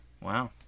Wow